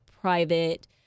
private